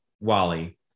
Wally